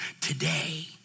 today